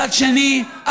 מצד שני,